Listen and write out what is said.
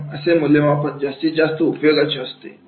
म्हणून असे मुल्यमापण जास्तीत जास्त उपयोगाचे असते